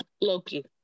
Loki